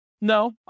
No